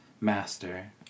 master